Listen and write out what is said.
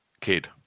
kid